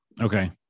Okay